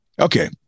okay